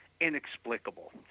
inexplicable